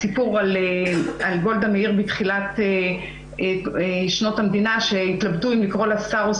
הסיפור על גולדה מאיר בתחילת שנות המדינה כשהתלבטו אם לקרוא לה "שר" או